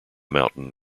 mountain